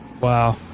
Wow